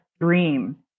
dream